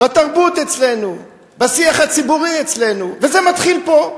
בתרבות אצלנו, בשיח הציבורי אצלנו, וזה מתחיל פה,